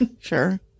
Sure